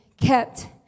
kept